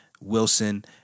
Wilson